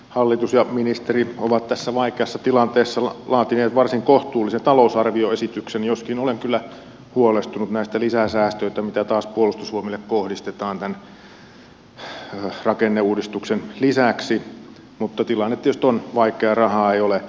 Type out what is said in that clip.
hallitus ja ministeri ovat tässä vaikeassa tilanteessa laatineet varsin kohtuullisen talousarvioesityksen joskin olen kyllä huolestunut näistä lisäsäästöistä mitä taas puolustusvoimille kohdistetaan tämän rakenneuudistuksen lisäksi mutta tilanne tietysti on vaikea rahaa ei ole